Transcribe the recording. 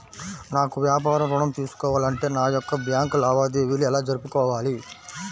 నాకు వ్యాపారం ఋణం తీసుకోవాలి అంటే నా యొక్క బ్యాంకు లావాదేవీలు ఎలా జరుపుకోవాలి?